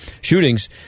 shootings